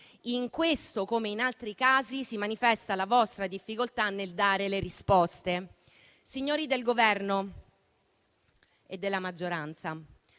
In questo, come in altri casi, si manifesta la vostra difficoltà nel dare le risposte. Signori del Governo e della maggioranza,